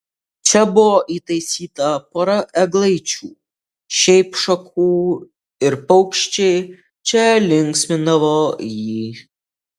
čia buvo įtaisyta pora eglaičių šiaip šakų ir paukščiai čia linksmindavo jį